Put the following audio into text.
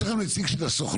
יש לכם נציג של הסוכנות,